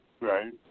Right